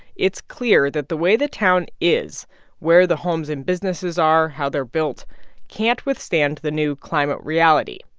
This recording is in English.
it's clear that the way the town is where the homes and businesses are, how they're built can't withstand the new climate reality.